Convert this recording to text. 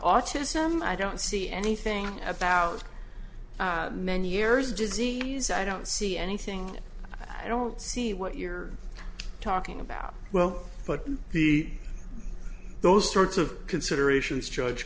autism i don't see anything about meniere's disease i don't see anything i don't see what you're talking about well but the those sorts of considerations judge